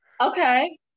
Okay